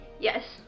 Yes